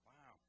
Wow